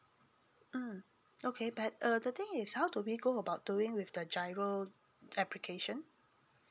mm okay that err the thing is how do we go about doing with the G_I_R_O application